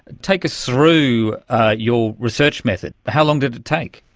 take us through your research methods. how long did it take?